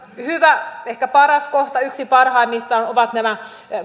hyvä ehkä paras kohta yksi parhaimmista ovat nämä